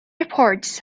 reports